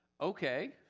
Okay